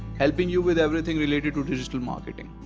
helping you with everything related to digital marketing.